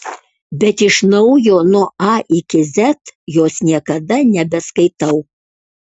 bet iš naujo nuo a iki z jos niekada nebeskaitau